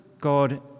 God